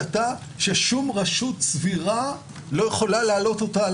יש כל מיני פושים שגם ההיגיון בהם על עילת הסבירות תחול על חקיקה